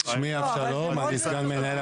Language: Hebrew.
אני מבקש שעמדתך הזאת תוגש לנו בכתב.